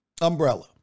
Umbrella